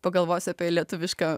pagalvosiu apie lietuvišką